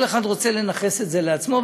כל אחד רוצה לנכס את זה לעצמו,